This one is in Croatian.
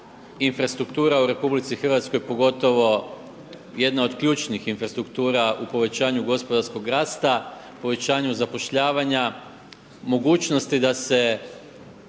infrastruktura u RH pogotovo jedna od ključnih infrastruktura u povećanju gospodarskog rasta, povećanju zapošljavanja, mogućnosti ja bih